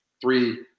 three